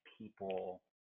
people